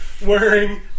wearing